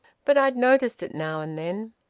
but i'd noticed it now and then.